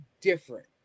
different